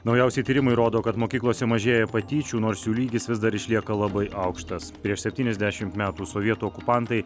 naujausi tyrimai rodo kad mokyklose mažėja patyčių nors jų lygis vis dar išlieka labai aukštas prieš septyniasdešimt metų sovietų okupantai